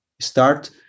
start